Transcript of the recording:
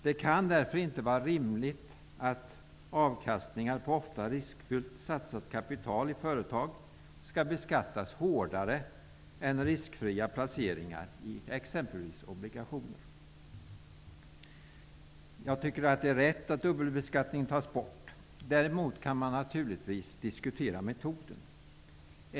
Det kan inte vara rimligt att beskatta avkastningar på ofta riskfyllt satsat kapital i företag hårdare än riskfria placeringar i t.ex. obligationer! Det är rätt att dubbelbeskattningen tas bort. Däremot kan man naturligtvis diskutera metoden.